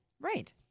Right